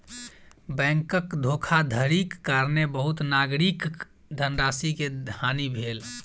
बैंकक धोखाधड़ीक कारणेँ बहुत नागरिकक धनराशि के हानि भेल